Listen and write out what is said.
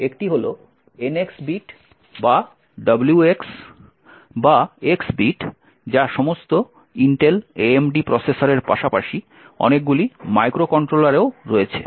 একটি হল NX bit বা WX বা X বিট যা সমস্ত ইন্টেল AMD প্রসেসরের পাশাপাশি অনেকগুলি মাইক্রোকন্ট্রোলারেও রয়েছে